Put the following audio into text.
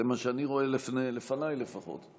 זה מה שאני רואה לפניי לפחות.